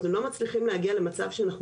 אנחנו לא מצליחים להגיע למצב שבו אנחנו